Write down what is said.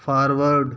forward